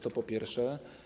To po pierwsze.